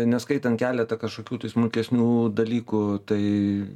neskaitant keletą kažkokių tai smulkesnių dalykų tai